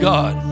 God